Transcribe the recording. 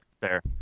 fair